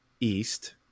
east